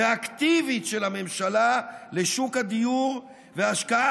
ואקטיבית של הממשלה לשוק הדיור והשקעה